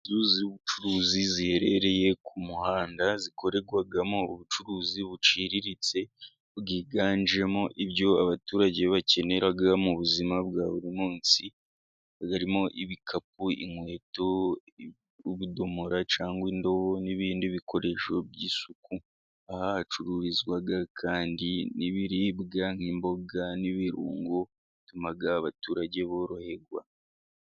Inzu z'ubucuruzi ziherereye ku muhanda zikorerwamo ubucuruzi buciriritse, bwiganjemo ibyo abaturage bakenera mu buzima bwa buri munsi harimo ibikapu, inkweto ,ubudomora cyangwa indobo n'ibindi bikoresho by'isuku . Aha hacururizwa kandi n'ibiribwa nk'imboga n'ibirungo bituma abaturage baroherwa.